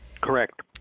Correct